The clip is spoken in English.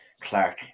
clark